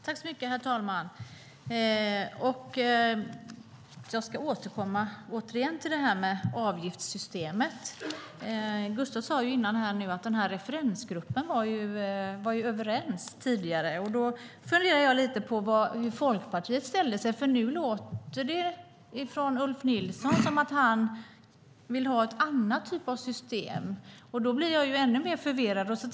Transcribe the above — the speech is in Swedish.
Herr talman! Jag återkommer till frågan om avgiftssystemet. Gustaf Hoffstedt sade att referensgruppen var överens. Då funderar jag lite över hur Folkpartiet ställde sig. Nu låter det från Ulf Nilsson som att han vill ha en annan typ av system. Då blir jag ännu mer förvirrad.